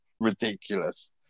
ridiculous